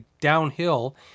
downhill